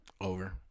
Over